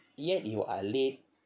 yet you are late